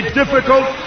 difficult